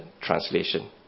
translation